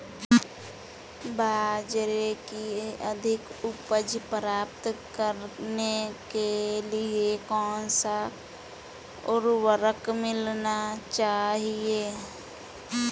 बाजरे की अधिक उपज प्राप्त करने के लिए कौनसा उर्वरक मिलाना चाहिए?